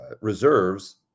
reserves